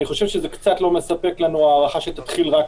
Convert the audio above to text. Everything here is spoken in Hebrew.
אני חושב שזה קצת לא מספק לנו הארכה שתתחיל רק